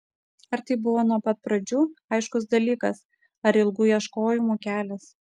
ar tai buvo nuo pat pradžių aiškus dalykas ar ilgų ieškojimų kelias